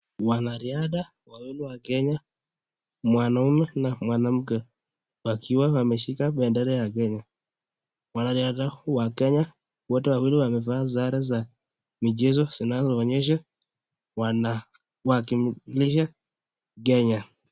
Wanariadha wawili wa Kenya, mwanaume na mwanamke wakiwa wameshika bendera ya Kenya. Wanariadha hao wa Kenya, wote wawili wamevaa sare za michezo zinazoonyesha wanawakilisha Kenya.